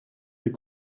est